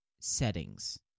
settings